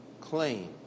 claim